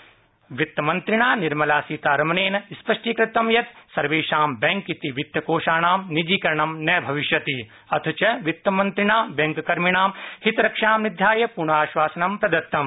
भारतीय बैंक वित्तमंत्रिणा निर्मलासीतारमनेन स्पष्टीकृतं यत् सर्वेषां बैंक ति वित्तकोषाणां निजीकरणं न भविष्यति अथ च वित्तमंत्रिणा बैंककर्मिणां हितरक्षां निध्याय पूर्णाश्वासनं प्रदतम्